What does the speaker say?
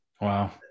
Wow